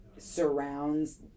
surrounds